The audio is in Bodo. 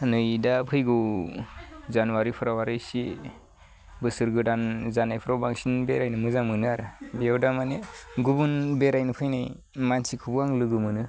नै दा फैगौ जानुवारिफोराव आरो एसे बोसोर गोदान जानायफ्राव बांसिन बेरायनो मोजां मोनो आरो बेयाव दा माने गुबुन बेरायनो फैनाय मानसिखौबो आं लोगो मोनो